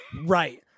Right